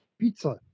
pizza